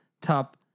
top